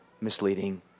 misleading